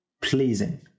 pleasing